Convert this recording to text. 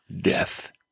death